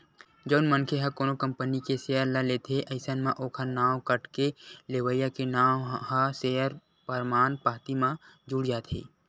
जउन मनखे ह कोनो कंपनी के सेयर ल लेथे अइसन म ओखर नांव कटके लेवइया के नांव ह सेयर परमान पाती म जुड़ जाथे